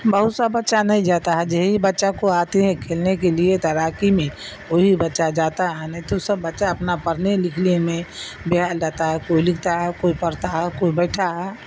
بہت سا بچہ نہیں جاتا ہے جو ہی بچہ کو آتے ہیں کھیلنے کے لیے تیراکی میں وہی بچہ جاتا ہے نہیں تو سب بچہ اپنا پڑھنے لکھنے میں لیتا ہے کوئی لکھتا ہے کوئی پڑھتا ہے کوئی بیٹھا ہے